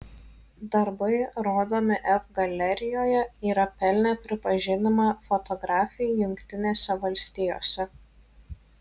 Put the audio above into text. darbai rodomi f galerijoje yra pelnę pripažinimą fotografei jungtinėse valstijose